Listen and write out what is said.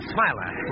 Smiler